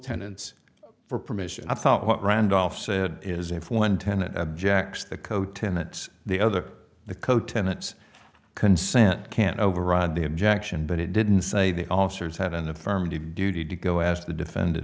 tenants for permission i thought what randolph said is if one tenant objects the co tenants the other the co tenants consent can't override the objection but it didn't say the officers had an affirmative duty to go as the defendant